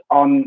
on